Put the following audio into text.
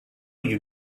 you